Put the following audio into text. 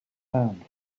hand